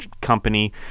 company